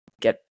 get